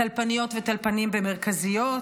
טלפניות וטלפנים במרכזיות,